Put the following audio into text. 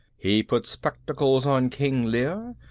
he put spectacles on king lear,